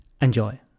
Enjoy